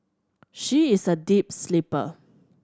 she is a deep sleeper